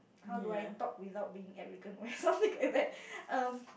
how do I talk without being arrogant something like that um